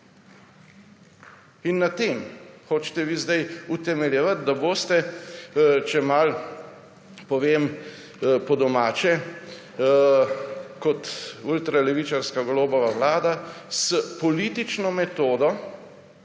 In na tem hočete vi zdaj utemeljevati, da boste, če malo povem po domače, kot ultralevičarska Golobova vlada s politično metodo